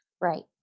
Right